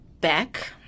back